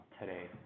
today